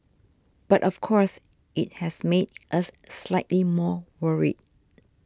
but of course it has made us slightly more worried